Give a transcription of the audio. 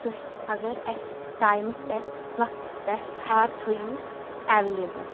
تُہۍ اگر اَسہِ ٹایمَس پٮ۪ٹھ وقتَس پٮ۪ٹھ تھار تھٲیِو اٮ۪ولیبٕل